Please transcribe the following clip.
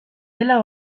dela